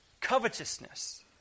covetousness